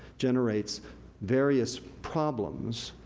generates various problems?